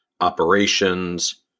operations